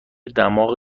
دماغ